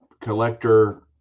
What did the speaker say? collector